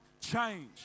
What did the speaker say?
change